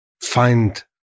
find